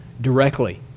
directly